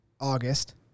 August